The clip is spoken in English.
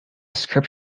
script